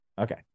Okay